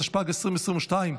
התשפ"ג 2022,